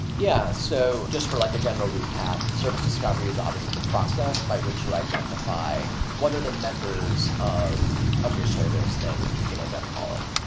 yeah, so just for like a general recap. service discovery is obviously the process by which you identify one of the members of of your service that you can end up calling.